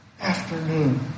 afternoon